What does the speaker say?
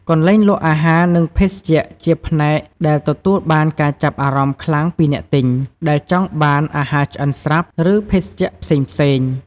កន្លែងលក់អាហារ និងភេសជ្ជៈជាផ្នែកដែលទទួលបានការចាប់អារម្មណ៍ខ្លាំងពីអ្នកទិញ ដែលចង់បានអាហារឆ្អិនស្រាប់ ឬភេសជ្ជៈផ្សេងៗ។